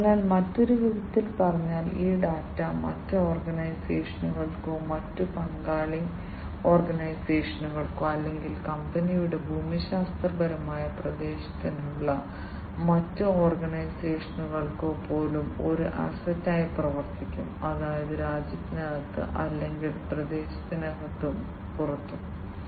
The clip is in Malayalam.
അതിനാൽ മറ്റൊരു വിധത്തിൽ പറഞ്ഞാൽ ഈ ഡാറ്റ മറ്റ് ഓർഗനൈസേഷനുകൾക്കോ മറ്റ് പങ്കാളി ഓർഗനൈസേഷനുകൾക്കോ അല്ലെങ്കിൽ കമ്പനിയുടെ ഭൂമിശാസ്ത്രപരമായ പ്രദേശത്തിനുള്ളിലെ മറ്റ് ഓർഗനൈസേഷനുകൾക്കോ പോലും ഒരു അസറ്റായി വർത്തിക്കും അതായത് രാജ്യത്തിനകത്ത് അല്ലെങ്കിൽ പ്രദേശത്തിനകത്തും പുറത്തും